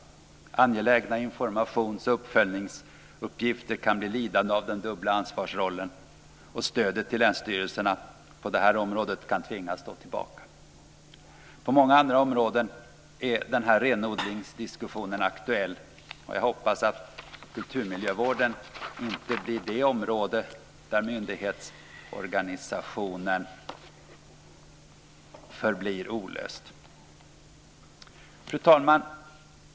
Angelägna informations och uppföljningsuppgifter kan bli lidande av den dubbla ansvarsrollen, och stödet till länsstyrelserna på det området kan tvingas stå tillbaka. På många andra områden är denna renodlingsdiskussion aktuell. Jag hoppas att kulturmiljövården inte blir det område där myndighetsorganisationen förblir olöst. Fru talman!